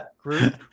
group